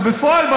אבל בפועל,